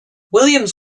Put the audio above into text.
williams